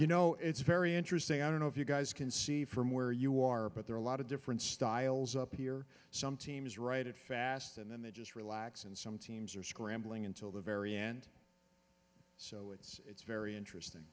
you know it's very interesting i don't know if you guys can see from where you are but there are a lot of different styles up here some teams write it fast and then they just relax and some teams are scrambling until the very end so it's very interesting